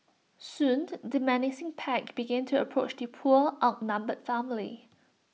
soon the menacing pack began to approach the poor outnumbered family